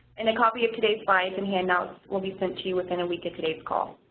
and a copy of today's slides and handouts will be sent to you within a week of today's call,